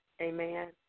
amen